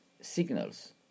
signals